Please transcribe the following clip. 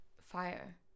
Fire